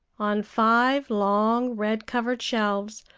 on five long red-covered shelves,